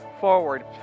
forward